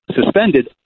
suspended